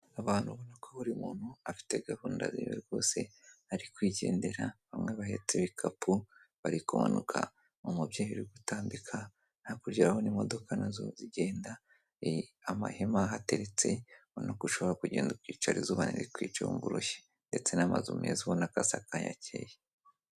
Abantu ubonako buri muntu afite gahunda ziwe rwose ari kwigendera, bamwe bahetse ibikapu bari kumanuka, umubyeyi uri gutambika, hakurya urabona imodoka nazo zigenda, amahema ahateretse ubona ko ushobora kugenda ukicara izuba ntirikwice ngo uruhe, ndetse n'amazu meza ubonako asakaye acyeye.